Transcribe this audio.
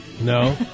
No